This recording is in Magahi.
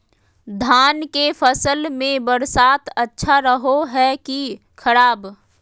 धान के फसल में बरसात अच्छा रहो है कि खराब?